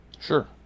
Sure